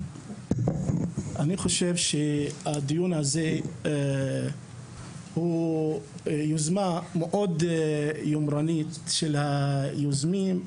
אני חושב שהדיון הזה הוא יוזמה מאוד יומרנית של היוזמים.